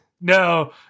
no